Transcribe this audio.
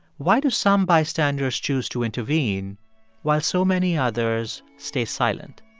why do some bystanders choose to intervene while so many others stay silent?